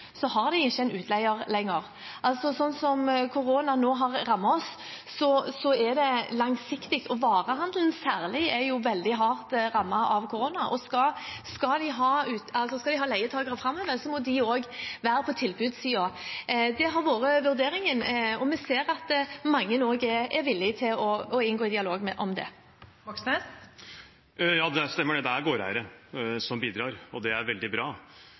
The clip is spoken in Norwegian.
har de ikke en leietaker lenger. Slik som koronaen nå har rammet oss, er det langsiktig, og særlig varehandelen er veldig hardt rammet av korona. Skal de ha leietakere framover, må de også være på tilbudssiden. Det har vært vurderingen, og vi ser at mange også er villige til å gå inn i en dialog om det. Bjørnar Moxnes – til oppfølgingsspørsmål. Ja, det stemmer – det er gårdeiere som bidrar, og det er veldig bra.